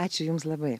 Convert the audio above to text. ačiū jums labai